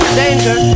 danger